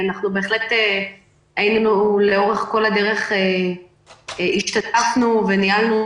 אנחנו בהחלט היינו לאורך כל הדרך והשתתפנו וניהלנו